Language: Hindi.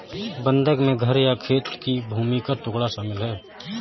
बंधक में घर या खेत की भूमि का टुकड़ा शामिल है